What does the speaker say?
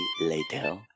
later